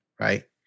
right